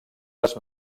les